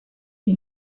you